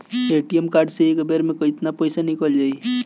ATM card से एक बेर मे केतना पईसा निकल जाई?